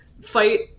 fight